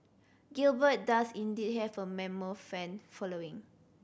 Gilbert does indeed have a mammoth fan following